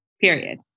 period